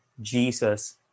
Jesus